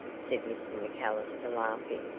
said mr. macallister, laughing.